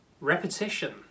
Repetition